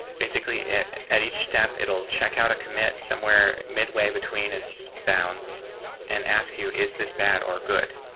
basically it at each step, it'll check out a commit somewhere midway between its bounds and ask you is this bad or good.